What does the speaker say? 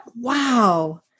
Wow